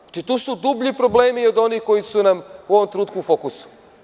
Znači, tu su dublji problemi od onih koji su nam u ovom trenutku u fokusu.